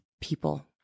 people